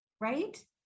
right